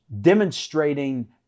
demonstrating